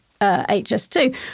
HS2